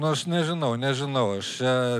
nu aš nežinau nežinau aš čia